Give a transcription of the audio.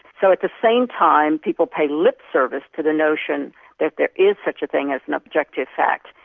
so at the same time people pay lip service to the notion that there is such a thing as an objective fact,